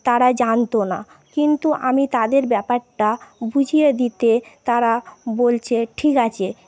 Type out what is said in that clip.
তারা জানত না কিন্তু আমি তাদের ব্যাপারটা বুঝিয়ে দিতে তারা বলছে ঠিক আছে